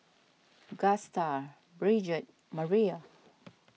Gusta Bridget Mariah